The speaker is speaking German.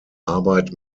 arbeit